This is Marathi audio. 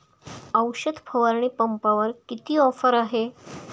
औषध फवारणी पंपावर किती ऑफर आहे?